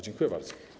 Dziękuję bardzo.